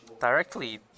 directly